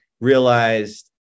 realized